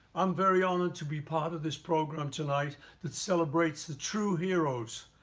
i'm very honored to be part of this program tonight that celebrates the true heroes,